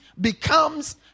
becomes